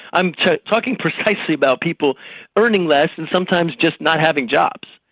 i'm talking precisely about people earning less and sometimes just not having jobs.